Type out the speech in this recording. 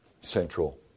central